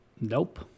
Nope